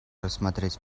рассмотреть